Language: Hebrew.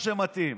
מה שמתאים.